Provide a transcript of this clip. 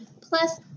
plus